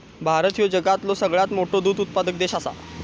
भारत ह्यो जगातलो सगळ्यात मोठो दूध उत्पादक देश आसा